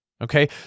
Okay